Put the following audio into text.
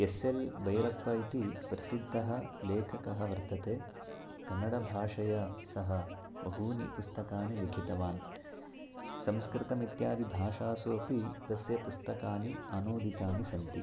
yes L Bhyrappa इति प्रसिद्धः लेखकः वर्तते कन्नड भाषया सः बहूनि पुस्तकानि लिखितवान् संस्कृतमित्यादि भाषासु अपि तस्य पुस्तकानि अनूदितानि सन्ति